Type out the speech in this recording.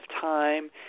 time